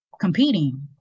competing